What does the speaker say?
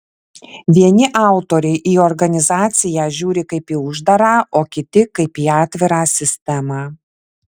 vieni autoriai į organizaciją žiūri kaip į uždarą o kiti kaip į atvirą sistemą